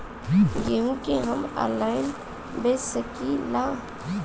गेहूँ के हम ऑनलाइन बेंच सकी ला?